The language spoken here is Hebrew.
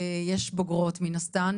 ויש בוגרות מן הסתם,